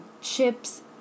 chips